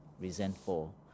resentful